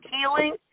healing